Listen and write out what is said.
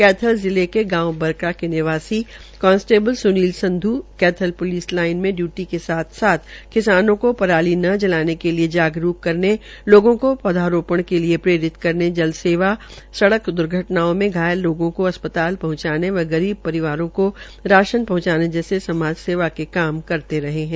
कैथल जिले के गांव बरका के निवासी कांस्टेबल प्लिस सूनील संध् कैथल प्लिस लाइन में डयूटी के साथ साथ किसानों को पराली न जलाने के लिये जागरूकक करने लोगों को पौधारोपण के लिये प्रेरित करने जलसेवा सड़क द्र्घटनाओं में घायल लोगों को अस्पताल पहुंचाने व गरीब परिवारों को राशन पहंचाने जैसे समाज सेवा के काम करते रहे है